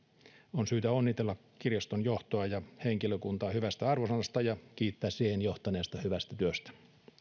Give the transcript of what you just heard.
on syytä onnitella kirjaston johtoa ja henkilökuntaa hyvästä arvosanasta ja kiittää siihen johtaneesta hyvästä työstä